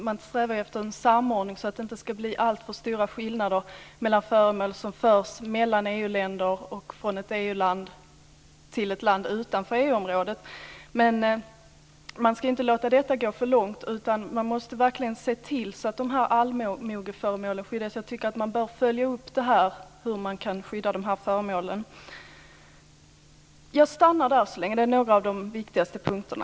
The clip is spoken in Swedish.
Man strävar efter en samordning, så att det inte ska bli alltför stora skillnader mellan föremål som förs mellan EU-länder och från ett EU land till ett land utanför EU-området. Man ska inte låta detta gå för långt, utan man måste verkligen se till att allmogeföremålen skyddas. Man bör följa upp hur dessa föremål kan skyddas. Jag stannar där så länge. Det här är några av de viktigaste punkterna.